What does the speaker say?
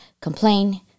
complain